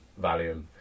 Valium